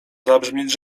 zabrzmieć